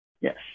Yes